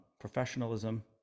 professionalism